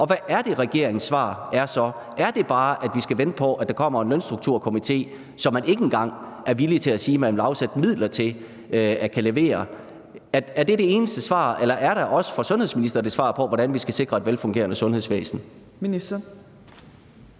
Hvad er det så, regeringens svar er? Er det bare, at vi skal vente på, at der kommer en Lønstrukturkomité, som man ikke engang er villig til at sige man vil afsætte midler til at kunne levere? Er det det eneste svar, eller er der også fra sundhedsministeren et svar på, hvordan vi skal sikre et velfungerende sundhedsvæsen?